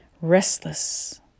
restless